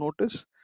notice